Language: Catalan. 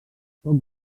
poc